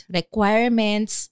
requirements